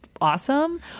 awesome